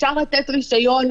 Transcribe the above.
אפשר לתת רישיון,